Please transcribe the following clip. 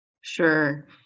Sure